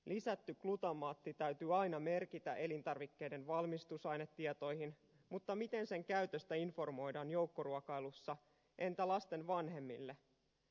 lisätty glutamaatti täytyy aina merkitä elintarvikkeiden valmistusainetietoihin mutta miten sen käytöstä informoidaan joukkoruokailussa entä lasten vanhemmille